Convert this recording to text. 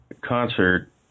concert